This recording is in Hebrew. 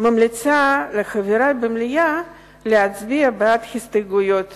ממליצה לחברי במליאה להצביע בעד ההסתייגויות